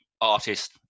artist